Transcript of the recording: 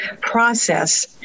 process